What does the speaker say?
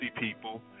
people